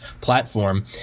platform